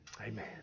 Amen